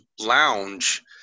lounge